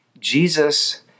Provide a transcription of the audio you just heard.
Jesus